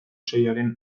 sailaren